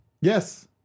Yes